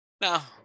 Now